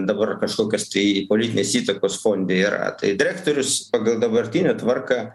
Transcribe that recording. dabar kažkokios tai politinės įtakos fonde yra tai direktorius pagal dabartinę tvarką